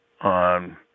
on